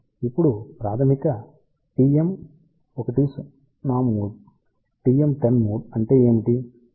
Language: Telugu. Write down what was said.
ఇప్పుడు ప్రాథమిక TM10 మోడ్ TM10 మోడ్ అంటే ఏమిటి